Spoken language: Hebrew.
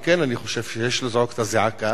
על כן, אני חושב שיש לזעוק את הזעקה,